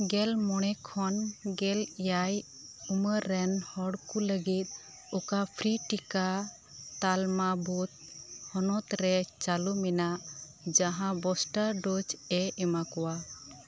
ᱜᱮᱞ ᱢᱚᱬᱮ ᱠᱷᱚᱱ ᱜᱮᱞ ᱮᱭᱟᱭ ᱩᱢᱟᱹᱨ ᱨᱮᱱ ᱦᱚᱲᱠᱚ ᱞᱟᱹᱜᱤᱫ ᱚᱠᱟ ᱯᱷᱨᱤ ᱴᱤᱠᱟ ᱛᱟᱞᱢᱟ ᱵᱚᱫ ᱦᱚᱱᱚᱛ ᱨᱮ ᱪᱟᱹᱞᱩ ᱢᱮᱱᱟᱜ ᱡᱟᱦᱟᱸ ᱵᱩᱥᱴᱟᱨ ᱰᱳᱡᱽ ᱮ ᱮᱢᱟ ᱠᱚᱣᱟ